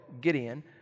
Gideon